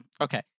Okay